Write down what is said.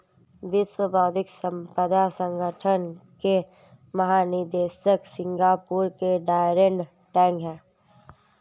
विश्व बौद्धिक संपदा संगठन के महानिदेशक सिंगापुर के डैरेन टैंग हैं